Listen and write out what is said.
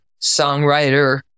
songwriter